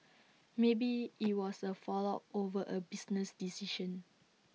maybe IT was A fallout over A business decision